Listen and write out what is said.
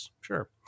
Sure